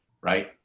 right